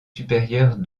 supérieure